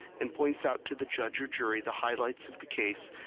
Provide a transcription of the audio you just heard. and points out to the judge or jury the highlights of the case,